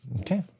Okay